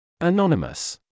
Anonymous